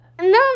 No